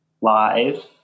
live